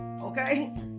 Okay